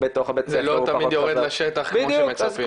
יורד לשטח כמו שמצפים.